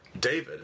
David